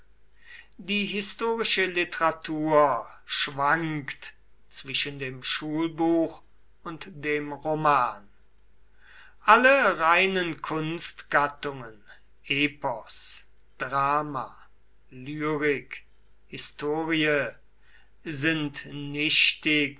die historische literatur schwankt zwischen dem schulbuch und dem roman alle reinen kunstgattungen epos drama lyrik historie sind nichtig